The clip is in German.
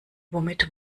womit